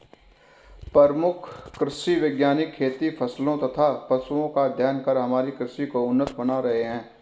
प्रमुख कृषि वैज्ञानिक खेती फसलों तथा पशुओं का अध्ययन कर हमारी कृषि को उन्नत बना रहे हैं